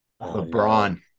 LeBron